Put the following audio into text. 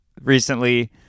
recently